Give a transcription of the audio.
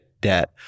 debt